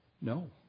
No